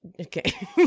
Okay